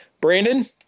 Brandon